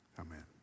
Amen